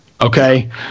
okay